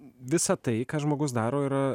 visa tai ką žmogus daro yra